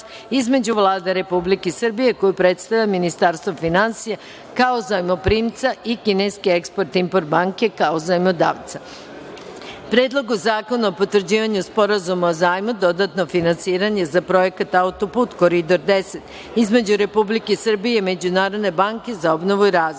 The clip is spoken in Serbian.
između Vlada Republike Srbije, koju predstavlja Ministarstvo finansija, kao Zajmoprimca i kineske Export-Import banke, kao Zajmodavca; Predlogu zakona o potvrđivanju Sporazuma o zajmu (dodatno finansiranje za projekat autoput Koridor 10) između Republike Srbije i Međunarodne banke za obnovu i razvoj;